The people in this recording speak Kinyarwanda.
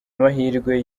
amahirwe